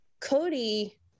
Cody